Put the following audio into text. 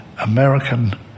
American